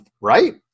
right